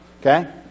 Okay